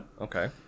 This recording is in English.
Okay